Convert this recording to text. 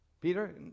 Peter